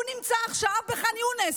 הוא נמצא עכשיו בח'אן יונס,